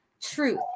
truth